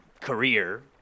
career